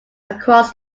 across